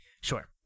Sure